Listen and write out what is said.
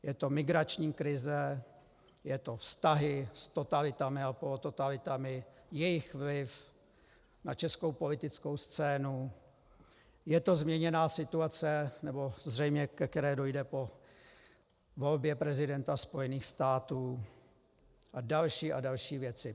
Je to migrační krize, jsou to vztahy s totalitami a polototalitami, jejich vliv na českou politickou scénu, je to změněná situace, nebo zřejmě ke které dojde po volbě prezidenta Spojených států, a další a další věci.